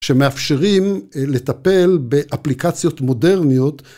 שמאפשרים לטפל באפליקציות מודרניות.